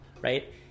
right